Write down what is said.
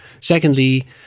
Secondly